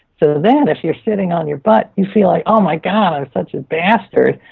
so then, if you're sitting on your butt, you feel like, oh my god, i'm such a bastard.